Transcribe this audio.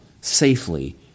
safely